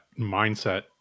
mindset